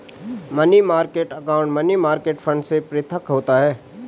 money market account money market fund से पृथक होता है